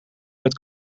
met